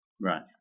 Right